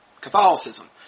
Catholicism